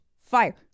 fire